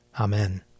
Amen